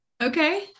Okay